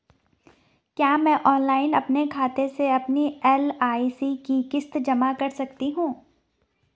क्या मैं ऑनलाइन अपने खाते से अपनी एल.आई.सी की किश्त जमा कर सकती हूँ?